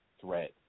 threat